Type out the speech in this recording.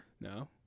No